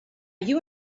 you